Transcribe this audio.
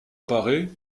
parer